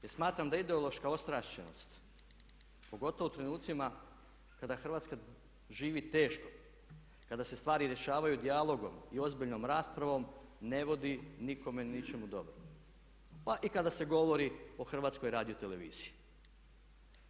Jer smatram da ideološka ostrašćenost, pogotovo u trenucima kada Hrvatska živi teško, kada se stvari rješavaju dijalogom i ozbiljnom raspravom ne vodi nikome i ničemu dobro, pa i kada se govori o HRT-u.